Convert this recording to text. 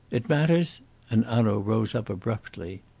it matters and hanaud rose up abruptly.